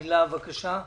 הילה, בבקשה.